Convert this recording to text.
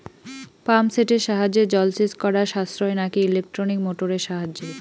Pump সেটের সাহায্যে জলসেচ করা সাশ্রয় নাকি ইলেকট্রনিক মোটরের সাহায্যে?